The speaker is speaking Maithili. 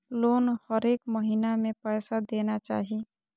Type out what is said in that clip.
लोन हरेक महीना में पैसा देना चाहि?